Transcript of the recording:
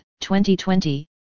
2020